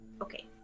Okay